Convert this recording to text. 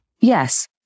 Yes